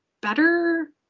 better